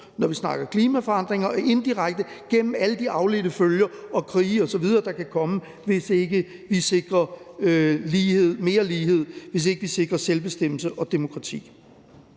når vi snakker klimaforandringer, og indirekte gennem alle de afledte følger og krige osv., der kan komme, hvis ikke vi sikrer mere lighed, og hvis ikke vi sikrer selvbestemmelse og demokrati.